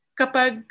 kapag